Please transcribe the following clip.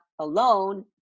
alone